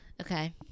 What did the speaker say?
Okay